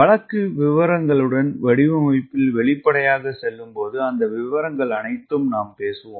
வழக்கு விவரங்களுடன் வடிவமைப்பில் வெளிப்படையாகச் செல்லும்போது அந்த விவரங்கள் அனைத்தும் நாம் பேசுவோம்